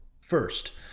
First